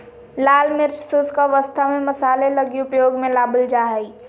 लाल मिर्च शुष्क अवस्था में मसाले लगी उपयोग में लाबल जा हइ